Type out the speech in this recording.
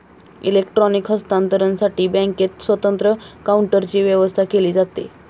electronic हस्तांतरणसाठी बँकेत स्वतंत्र काउंटरची व्यवस्था केली जाते